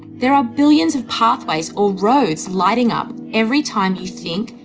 there are billions of pathways, or roads, lighting up every time you think,